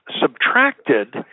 subtracted